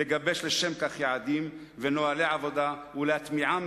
לגבש לשם כך יעדים ונוהלי עבודה ולהטמיעם